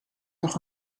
nog